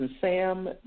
Sam